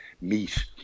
meat